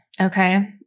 Okay